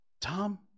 Tom